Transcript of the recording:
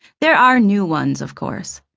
there are new ones, of course.